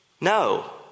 no